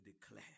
declare